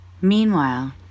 Meanwhile